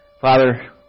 Father